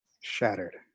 Shattered